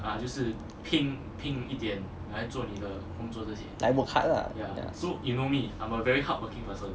like work hard lah yeah